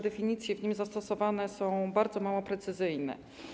Definicje w nim zastosowane są bardzo mało precyzyjne.